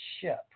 ship